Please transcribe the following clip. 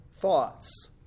thoughts